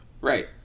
Right